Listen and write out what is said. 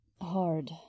hard